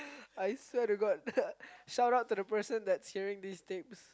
I swear to god shout out to the person that's hearing these tapes